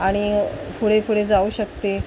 आणि पुढे पुढे जाऊ शकते